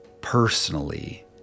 personally